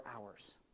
hours